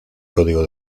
código